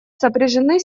сопряжены